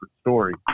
story